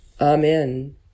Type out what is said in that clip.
Amen